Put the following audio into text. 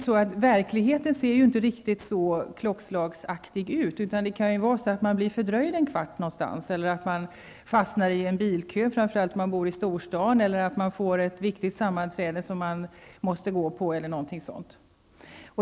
Men verkligheten ser inte alltid så ''klockslagsaktig'' ut. Man kan ju bli fördröjd en kvart någonstans. Om man bor i storstaden kan man fastna i en bilkö, eller man kan få ett viktigt sammanträde som man måste gå på e.d.